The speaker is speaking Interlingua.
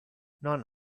non